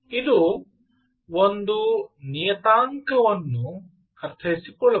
ಇದು ಒಂದು ನಿಯತಾಂಕವನ್ನು ಅರ್ಥೈಸಿಕೊಳ್ಳಬಹುದು